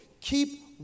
keep